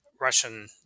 Russian